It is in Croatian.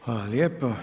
Hvala lijepo.